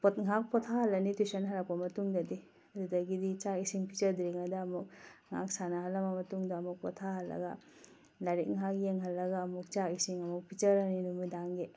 ꯉꯥꯏꯍꯥꯛ ꯄꯣꯊꯥꯍꯜꯂꯅꯤ ꯇꯨꯏꯁꯟ ꯍꯜꯂꯛꯄ ꯃꯇꯨꯡꯗꯗꯤ ꯑꯗꯨꯗꯒꯤꯗꯤ ꯆꯥꯛ ꯏꯁꯤꯡ ꯄꯤꯖꯗ꯭ꯔꯤꯉꯩꯗ ꯑꯃꯨꯛ ꯉꯥꯏꯍꯥꯛ ꯁꯥꯟꯅꯍꯜꯂꯕ ꯃꯇꯨꯡꯗ ꯑꯃꯨꯛ ꯄꯣꯊꯥꯍꯜꯂꯒ ꯂꯥꯏꯔꯤꯛ ꯉꯥꯏꯍꯥꯛ ꯌꯦꯡꯍꯜꯂꯒ ꯑꯃꯨꯛ ꯆꯥꯛ ꯏꯁꯤꯡ ꯑꯃꯨꯛ ꯄꯤꯖꯔꯅꯤ ꯅꯨꯃꯤꯗꯥꯡꯒꯤ